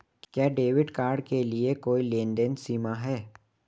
क्या debit card के लिए कोई लेनदेन सीमा है?